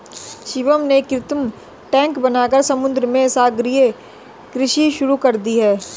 शिवम ने कृत्रिम टैंक बनाकर समुद्र में सागरीय कृषि शुरू कर दी